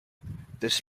this